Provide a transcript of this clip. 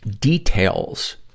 details